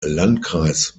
landkreis